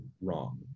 wrong